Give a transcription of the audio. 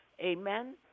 Amen